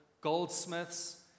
goldsmiths